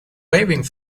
waving